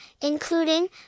including